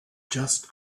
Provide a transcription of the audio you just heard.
just